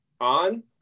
On